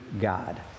God